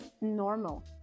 normal